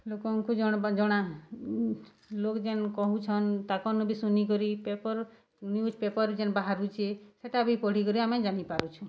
ଲୋକଙ୍କୁ ଜଣା ଲୋକ୍ ଯେନ୍ କହୁଛନ୍ ତାଙ୍କର୍ନୁ ବି ଶୁନିକରି ପେପର୍ ନ୍ୟୁଜ୍ପେପର୍ ଯେନ୍ ବାହାରୁଛେ ସେଟା ବି ପଢ଼ିକରି ଆମେ ଜାଣିପାରୁଛୁଁ